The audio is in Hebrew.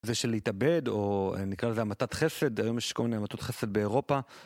זה של להתאבד, או נקרא לזה המתת חסד, היום יש כל מיני המתות חסד באירופה.